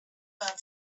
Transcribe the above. well